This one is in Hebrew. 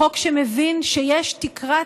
חוק שמבין שיש תקרת